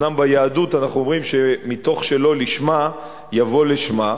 אומנם ביהדות אנחנו אומרים שמתוך שלא לשמה יבוא לשמה,